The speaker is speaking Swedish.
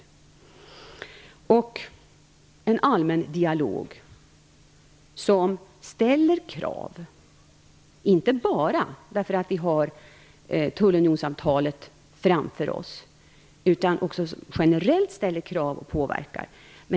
Dessutom handlar det om en allmän dialog som ställer krav - inte bara därför att vi har tullunionsavtalet framför oss - och som också generellt ställer krav och påverkar.